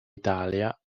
italia